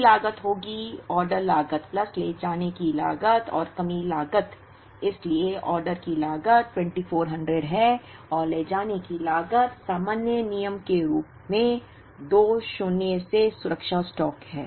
कुल लागत होगी ऑर्डर लागत प्लस ले जाने की लागत और कमी लागत इसलिए ऑर्डर की लागत 2400 है और ले जाने की लागत सामान्य नियम के रूप में 2 शून्य से सुरक्षा स्टॉक है